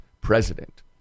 president